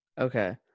Okay